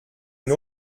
une